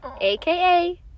aka